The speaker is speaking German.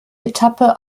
etappe